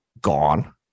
gone